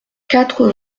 quatre